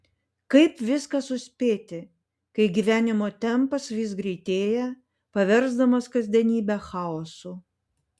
kaip viską suspėti kai gyvenimo tempas vis greitėja paversdamas kasdienybę chaosu